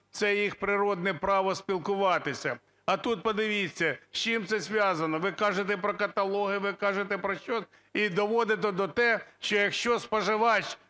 це їх природне право спілкуватися. А тут подивіться, з чим це зв'язано, ви кажете про каталоги, ви кажете про щось і доводите до того, що якщо споживач